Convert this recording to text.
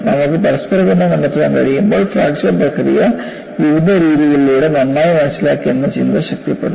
നമുക്ക് പരസ്പരബന്ധം കണ്ടെത്താൻ കഴിയുമ്പോൾ ഫ്രാക്ചർ പ്രക്രിയ വിവിധ രീതികളിലൂടെ നന്നായി മനസ്സിലാക്കി എന്ന ചിന്ത ശക്തിപ്പെടുന്നു